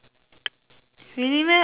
really meh I don't know leh